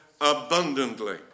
abundantly